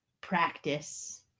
Practice